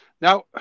Now